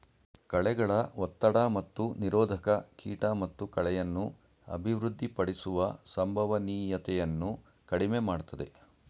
ಕಳೆಗಳ ಒತ್ತಡ ಮತ್ತು ನಿರೋಧಕ ಕೀಟ ಮತ್ತು ಕಳೆಯನ್ನು ಅಭಿವೃದ್ಧಿಪಡಿಸುವ ಸಂಭವನೀಯತೆಯನ್ನು ಕಡಿಮೆ ಮಾಡ್ತದೆ